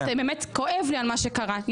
באמת כואב לי על מה שקרה.